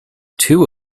two